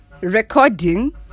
recording